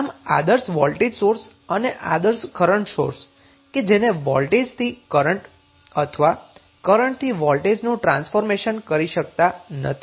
આમ આદર્શ voltage source અને આદર્શ કરન્ટ સોર્સ કે જેને વોલ્ટેજથી કરન્ટ અથવા કરન્ટથી વોલ્ટેજનું ટ્રાન્સફોર્મેશન કરી શકતા નથી